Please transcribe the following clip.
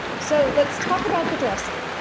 so let's talk about the dressing.